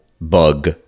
bug